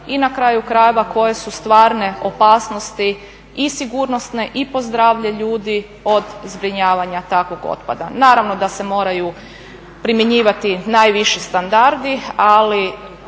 i na kraju krajeva koje su stvarne opasnosti i sigurnosne i po zdravlje ljudi od zbrinjavanja takvog otpada. Naravno da se moraju primjenjivati najviši standardi, ali